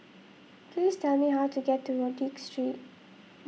please tell me how to get to Rodyk Street